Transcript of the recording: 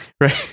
Right